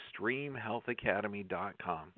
extremehealthacademy.com